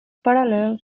parallel